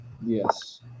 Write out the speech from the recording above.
Yes